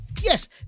Yes